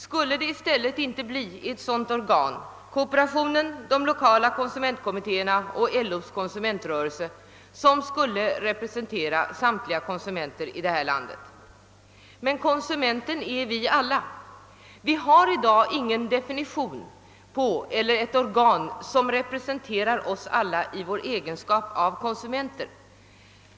Bleve det inte i stället kooperationen, de lokala konsumentkommittéerna och LO:s konsumentrörelse som skulle representera samtliga konsumenter i vårt land? Men konsumenter är vi alla. Vi har i dag inget organ som representerar oss i vår egenskap av konsumenter.